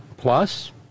Plus